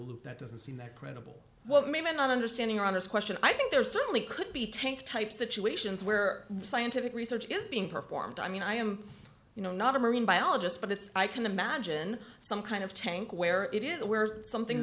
loop that doesn't seem that credible well maybe not understanding honest question i think there certainly could be take type situations where the scientific research is being performed i mean i am you know not a marine biologist but if i can imagine some kind of tank where it is where something